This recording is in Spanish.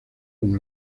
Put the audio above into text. como